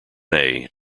may